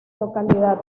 localidad